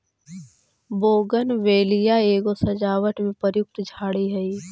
bougainvillea एगो सजावट में प्रयुक्त झाड़ी हई